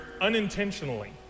unintentionally